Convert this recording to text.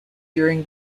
during